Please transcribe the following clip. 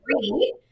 three